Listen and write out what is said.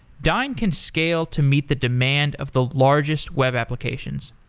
dyn can scale to meet the demand of the largest web applications.